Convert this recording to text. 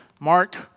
Mark